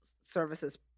services